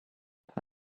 path